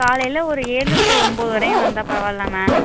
காலையில் ஒரு ஏழு டூ ஒம்பது வரையும் வந்தால் பரவாயில்ல மேம்